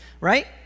right